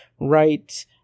right